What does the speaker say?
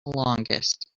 longest